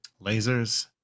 lasers